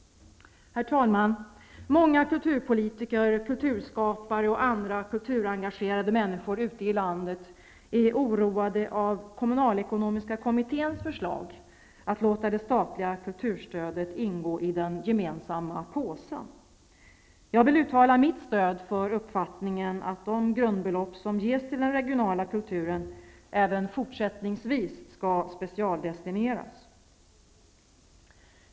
Herr talman! Många kulturpolitiker, kulturskapare och andra kulturengagerade människor ute i landet är oroade av kommunalekonomiska kommitténs förslag att låta det statliga kulturstödet ingå i den gemensamma påsen. Jag vill uttala mitt stöd för uppfattningen att de grundbelopp som ges till den regionala kulturen även fortsättningsvis skall specialdestineras.